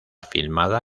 filmada